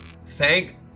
Thank